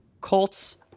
Colts